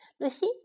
Lucy